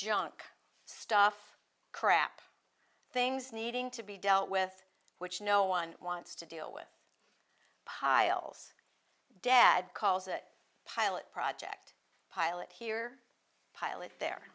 junk stuff crap things needing to be dealt with which no one wants to deal with piles dad calls it pilot project pilot here pilot there